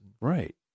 Right